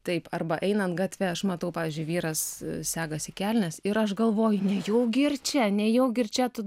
taip arba einant gatve aš matau pavyzdžiui vyras segasi kelnes ir aš galvoju nejaugi ir čia nejaugi ir čia tu